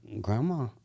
grandma